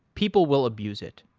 people will abuse it.